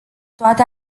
toate